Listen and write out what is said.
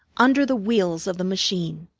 under the wheels of the machine.